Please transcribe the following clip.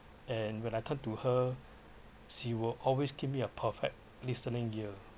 and when I turn to her she will always keep me a perfect listening ear